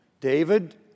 david